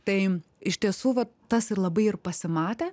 tai iš tiesų vat tas ir labai ir pasimatė